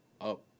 up